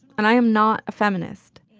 and i am not a feminist.